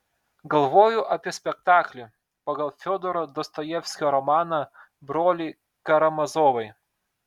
galvoju apie spektaklį pagal fiodoro dostojevskio romaną broliai karamazovai